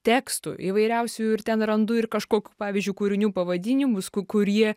tekstų įvairiausių ir ten randu ir kažkokių pavyzdžiui kūrinių pavadinimus ku kurie